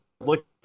look